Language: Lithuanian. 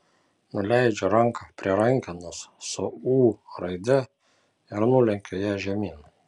nuleidžiu ranką prie rankenos su ū raide ir nulenkiu ją žemyn